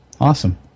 Awesome